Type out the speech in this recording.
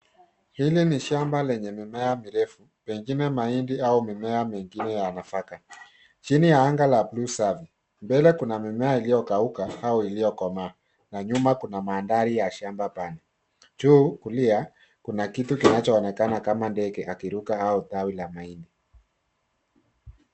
Hili ni shamba lenye mimea mirefu pengine mahindi au mimea mingine ya nafaka chini ya anga la buluu safi. Mbele kuna mimea iliyokauka au iliyokomaa na nyuma kuna mandhari ya shamba pana. Juu kulia, kuna kitu kinachoonekana kama ndege akiruka au tawi la mahindi.